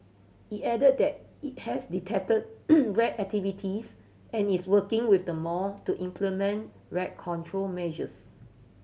it added that it has detected rat activities and is working with the mall to implement rat control measures